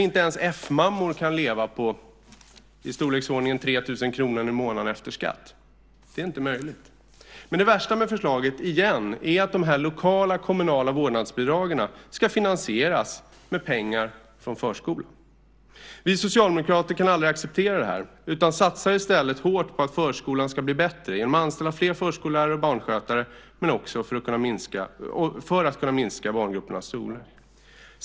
Inte ens F-mammor kan leva på i storleksordningen 3 000 kr i månaden efter skatt. Det är inte möjligt. Men det värsta med förslaget är att de lokala kommunala vårdnadsbidragen ska finansieras med pengar från förskolan. Vi socialdemokrater kan aldrig acceptera det utan satsar i stället på att förskolan ska bli bättre genom att anställa fler förskollärare och barnskötare för att kunna minska barngruppernas storlek.